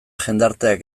jendarteak